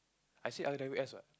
I say r_w_s what